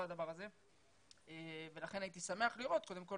הדבר הזה ולכן הייתי שמח לראות קודם כל